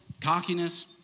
cockiness